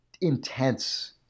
intense